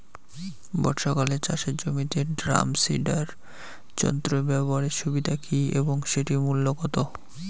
বর্ষাকালে চাষের জমিতে ড্রাম সিডার যন্ত্র ব্যবহারের সুবিধা কী এবং সেটির মূল্য কত?